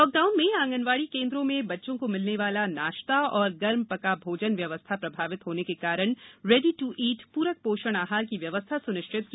lockdown में आँगनबाड़ी केन्द्रों में बच्चों को मिलने वाले नाश्ता और गर्म पका भोजन व्यवस्था प्रभावित होने के कारण रेडी दू ईट पूरक पोषण आहार की व्यवस्था सुनिश्चित की गई है